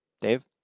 Dave